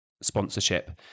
sponsorship